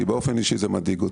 כי באופן אישי זה מדאיג אותי.